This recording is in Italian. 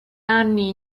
anni